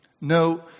No